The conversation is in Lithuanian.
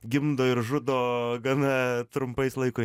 gimdo ir žudo gana trumpais laiko